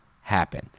happen